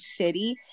shitty